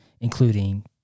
including